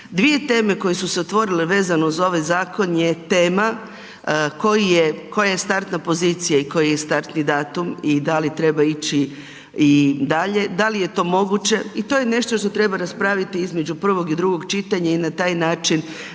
Dvije teme koje su se otvorile vezano za ovaj zakon je tema koja je startna pozicija i koji je startni datum i da li treba ići i dalje, da li je to moguće i to je nešto što treba raspraviti između prvog i drugog čitanja i na taj način